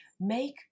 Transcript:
Make